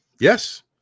Yes